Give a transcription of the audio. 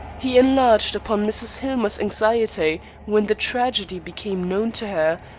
he enlarged upon mrs. hillmer's anxiety when the tragedy became known to her,